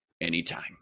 anytime